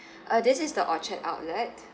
uh this is the orchard outlet